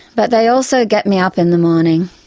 but they also get me up in the morning.